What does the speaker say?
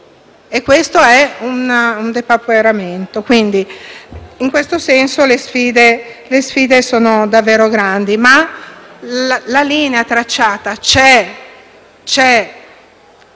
e questo è un depauperamento. In questo senso le sfide sono davvero grandi, ma la linea tracciata c'è: è